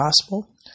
possible